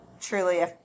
truly